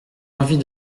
envie